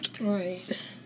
Right